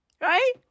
Right